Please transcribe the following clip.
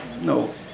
no